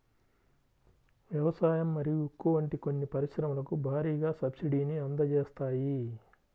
వ్యవసాయం మరియు ఉక్కు వంటి కొన్ని పరిశ్రమలకు భారీగా సబ్సిడీని అందజేస్తాయి